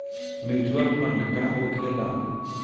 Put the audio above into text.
Mutual fund का होखेला?